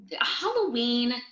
Halloween